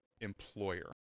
employer